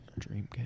Dreamcast